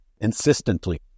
insistently